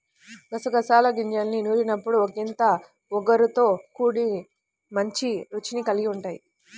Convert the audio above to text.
గసగసాల గింజల్ని నూరినప్పుడు ఒకింత ఒగరుతో కూడి మంచి రుచిని కల్గి ఉంటయ్